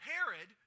Herod